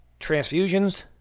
Transfusions